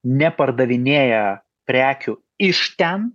nepardavinėja prekių iš ten